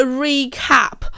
recap